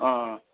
अँ